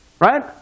Right